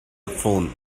phone